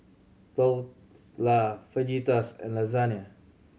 Dhokla Fajitas and Lasagne